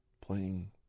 playing